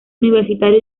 universitario